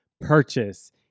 purchase